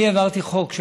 אני העברתי חוק,